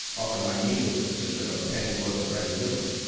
often my meals consisted of a penny's worth of bread and milk,